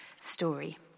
story